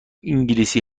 انگلیسی